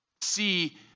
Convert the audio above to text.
see